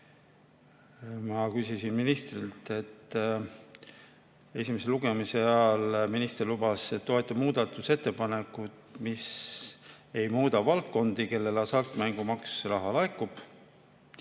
Ma küsisin ministrilt, et esimese lugemise ajal ta lubas, et toetab muudatusettepanekuid, mis ei muuda valdkondi, kuhu hasartmängumaksu raha laekub.